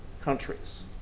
countries